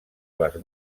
les